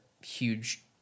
huge